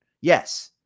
yes